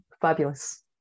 Fabulous